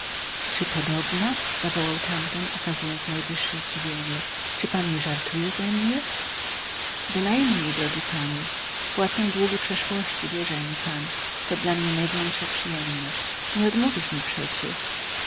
czy podobna zawołał tamten okazując najwyższe zdziwienie zdziwienie czy pan nie żartuje ze mnie bynajmniej drogi panie płacę długi przeszłości wierzaj mi pan to dla mnie największa przyjemność nie odmówisz mi przecie